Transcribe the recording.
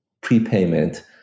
prepayment